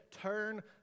turn